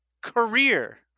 career